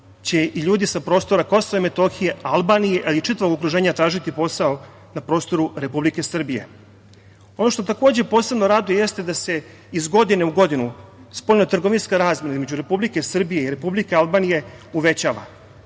će i ljudi sa prostora KiM, Albanije, a i čitavog okruženja tražiti posao na prostoru Republike Srbije. Ono što takođe posebno raduje jeste da se iz godine u godinu spoljnotrgovinska razmena između Republike Srbije i Republike Albanije uvećava.